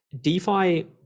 DeFi